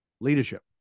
Leadership